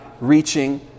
reaching